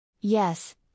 Yes